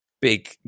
big